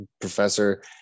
professor